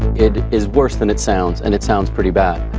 it is worse than it sounds and it sounds pretty bad.